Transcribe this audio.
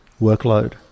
workload